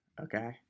okay